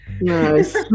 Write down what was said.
Nice